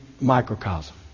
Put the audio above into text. microcosm